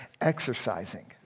exercising